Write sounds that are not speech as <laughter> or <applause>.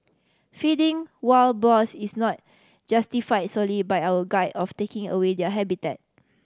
feeding wild boars is not justify solely by our <unintelligible> of taking away their habitat